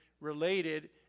related